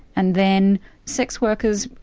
and then sex workers,